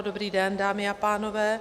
Dobrý den dámy a pánové.